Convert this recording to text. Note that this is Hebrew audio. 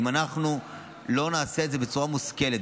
אם אנחנו לא נעשה את זה בצורה מושכלת,